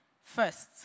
First